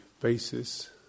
basis